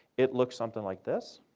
it looks something like this